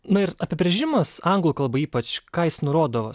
na ir apibrėžimas anglų kalba ypač ką jis nurodo